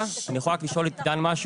אני יכול רק לשאול את עידן משהו?